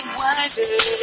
wiser